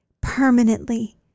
permanently